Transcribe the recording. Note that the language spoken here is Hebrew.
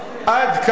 עד כמה,